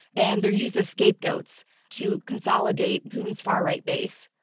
and they're used as scapegoats to consolidate putin's far-right base.